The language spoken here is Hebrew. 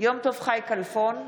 יום טוב חי כלפון,